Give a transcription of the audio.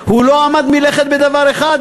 הוא לא עמד מלכת בדבר אחד,